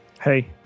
Hey